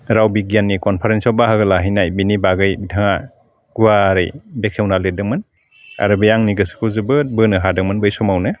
राव बिगियाननि कनफारेन्सआव बाहागो लाहैनाय बिनि बागै बिथाङा गुवारै बेखेवना लिददोंमोन आरो बे आंनि गोसोखौ जोबोद बोनो हादोंमोन बै समावनो